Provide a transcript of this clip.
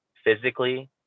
physically